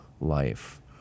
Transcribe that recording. life